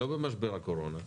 לא במשבר הקורונה.